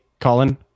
Colin